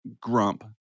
grump